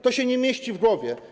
To się nie mieści w głowie.